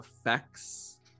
effects